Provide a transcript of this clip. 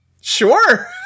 Sure